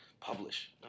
publish